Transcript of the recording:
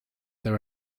there